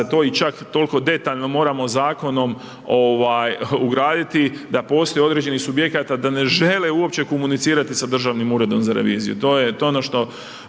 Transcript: to čak toliko detaljno, moramo zakonom ugraditi, da postoji određenih subjekata, da ne žele uopće komunicirati sa Državnim uredom za reviziju.